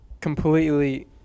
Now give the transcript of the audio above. completely